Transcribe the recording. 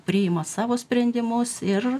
priima savo sprendimus ir